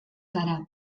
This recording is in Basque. zara